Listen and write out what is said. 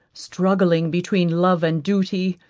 struggling between love and duty,